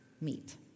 meet